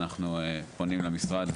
אנחנו פונים למשרד,